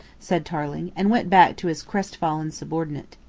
said tarling, and went back to his crestfallen subordinate.